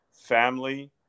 family